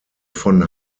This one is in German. von